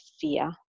fear